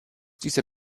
dieser